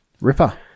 Ripper